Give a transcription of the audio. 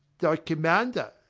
thy commander,